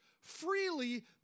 freely